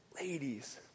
ladies